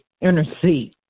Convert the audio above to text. intercede